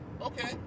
okay